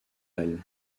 elle